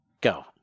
Go